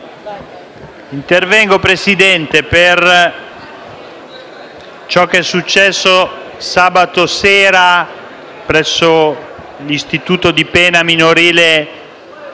intervengo per ciò che è successo sabato sera presso l'istituto di pena minorile